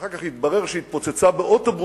ואחר כך התברר שהיא התפוצצה באוטובוס,